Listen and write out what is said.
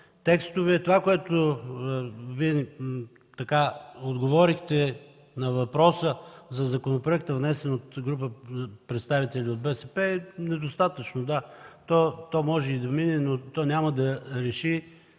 текстове. Това, което ни отговорихте на въпроса за законопроекта, внесен от група представители от БСП, е недостатъчно. Да, то може и да мине, но няма да реши